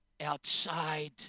outside